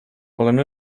olen